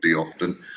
often